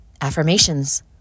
Affirmations